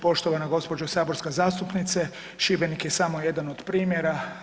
Poštovana gospođo saborska zastupnice, Šibenik je samo jedan od primjera.